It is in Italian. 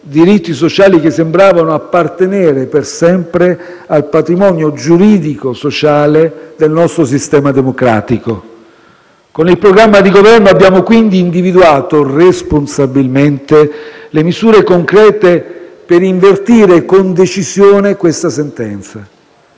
diritti sociali che sembravano appartenere per sempre al patrimonio giuridico-sociale del nostro sistema democratico. Con il programma di Governo abbiamo quindi individuato responsabilmente le misure concrete per invertire con decisione questa tendenza.